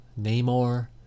Namor